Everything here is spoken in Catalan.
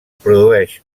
produeix